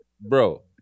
bro